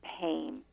pain